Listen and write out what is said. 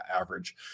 average